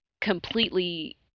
completely